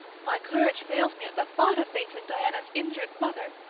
my courage fails me at the thought of facing diana's injured mother,